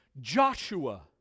Joshua